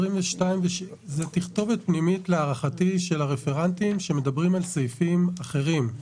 זה תכתובת פנימית להערכתי של הרפרנטים שמדברים על סעיפים אחרים.